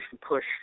push